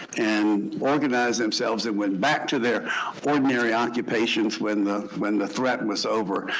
and organize themselves, and went back to their ordinary occupations when the when the threat was over.